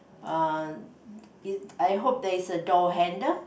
uh it I hope that it's a door handle